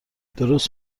درست